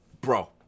bro